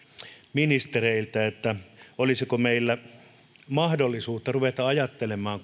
ministereiltä olisiko meillä mahdollisuutta ruveta ajattelemaan